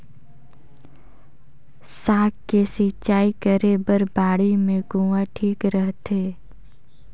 साग के सिंचाई करे बर बाड़ी मे कुआँ ठीक रहथे?